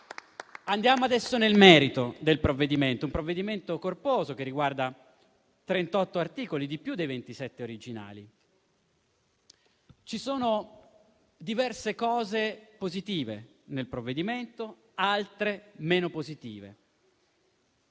Andiamo adesso nel merito del provvedimento, un provvedimento corposo che riguarda 38 articoli, di più dei 27 originali. Ci sono diverse cose positive, altre meno.